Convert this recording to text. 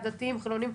דתיים חילונים,